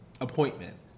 appointment